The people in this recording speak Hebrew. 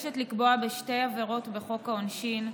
מבקשת לקבוע בשתי עבירות בחוק העונשין,